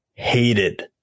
hated